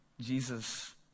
Jesus